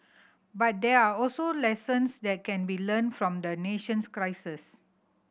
but there are also lessons that can be learnt from the nation's crisis